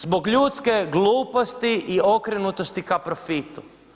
Zbog ljudske gluposti i okrenutosti ka profitu.